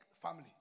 family